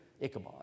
Ichabod